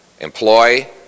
employ